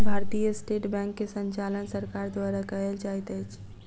भारतीय state bank के संचालन सरकार द्वारा कयल जाइत अछि